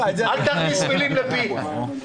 אל תכניס מילים לפי.